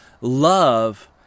love